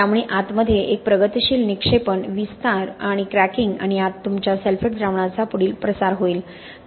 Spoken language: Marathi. त्यामुळे आतमध्ये एक प्रगतीशील निक्षेपण विस्तार आणि क्रॅकिंग आणि आत तुमच्या सल्फेट द्रावणाचा पुढील प्रसार होईल